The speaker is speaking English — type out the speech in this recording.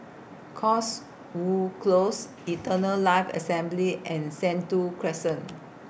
Cotswold Close Eternal Life Assembly and Sentul Crescent